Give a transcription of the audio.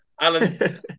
Alan